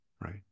right